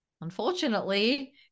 unfortunately